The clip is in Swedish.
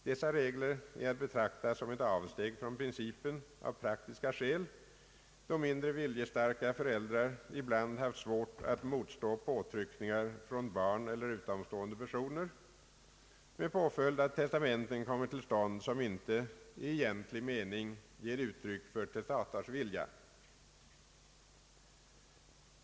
Dessa regler är att betrakta som ett avsteg från principen av praktiska skäl, då mindre viljestarka föräldrar ibland haft svårt att motstå påtryckningar från barn eller utomstående personer med påföljd att testamenten kommit till stånd som inte i egentlig mening ger uttryck för testators vilja.